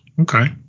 Okay